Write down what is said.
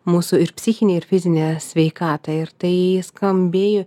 mūsų ir psichinę ir fizinę sveikatą ir tai skambėjo